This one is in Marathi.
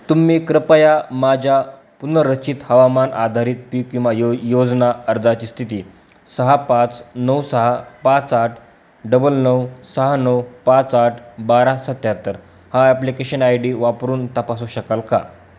तुम्ही कृपया माझ्या पुनर्रचित हवामान आधारित पीक विमा यो योजना अर्जाची स्थिती सहा पाच नऊ सहा पाच आठ डबल नऊ सहा नऊ पाच आठ बारा सत्यात्तर हा ॲप्लिकेशन आय डी वापरून तपासू शकाल का